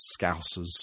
scousers